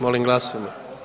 Molim glasujmo.